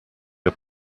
the